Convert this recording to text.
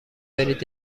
برید